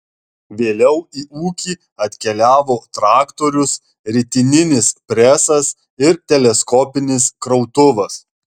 vėliau į ūkį atkeliavo traktorius ritininis presas ir teleskopinis krautuvas